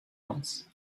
wants